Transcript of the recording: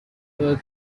work